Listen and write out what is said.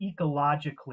ecologically